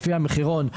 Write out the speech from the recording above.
לפי המחירון,